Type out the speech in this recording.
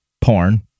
Porn